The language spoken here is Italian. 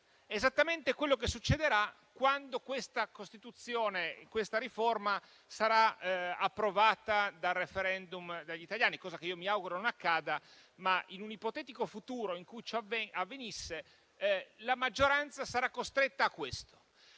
esattamente quello che succederà quando questa riforma sarà approvata con il *referendum* dagli italiani (cosa che io mi auguro non accada). In un ipotetico futuro in cui ciò avvenisse, la maggioranza sarà costretta a questo.